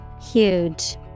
Huge